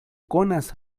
konas